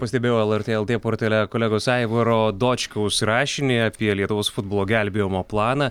pastebėjau lrt portale kolegos aivaro dočkaus rašinį apie lietuvos futbolo gelbėjimo planą